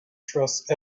trust